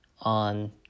on